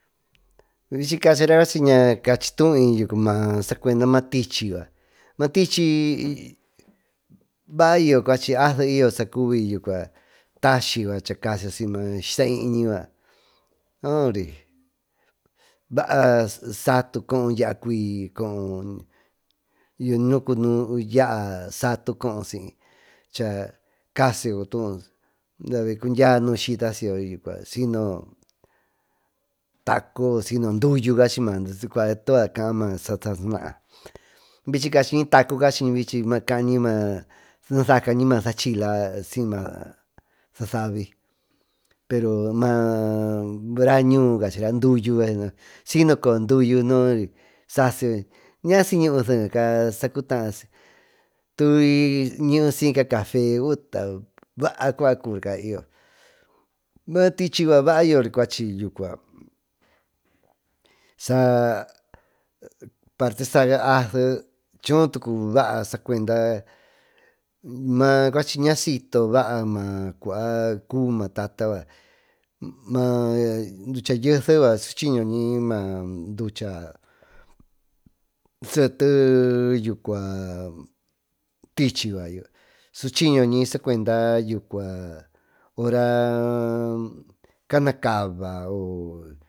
Vichy cachyra na cachiytuúy maa sacuenda maá tichy yucua maatichy yucua asee yyo saa cuby yaa tashy cha casy yo shyta iñi noombre vaá satu siy ya cuiy coho ñuku yaa satu cundya nusyta sino ma tacu onduyo cachi mayoóvichy cachy ñy tacuacaañy ñasa cañy saachila siy sasavi pero ma raa ñuú cachyra duyu cachyimara ña sy ñuu seeca sacutaa tuñi yra syica cafe vaá cua cucby maatichy parte saa ase choo tocu baa sacuenda mayo cueña sito baa yo cuba cubi matata maaducha yeese suchiñoñi sacuenda nuca naa cabany.